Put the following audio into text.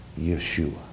Yeshua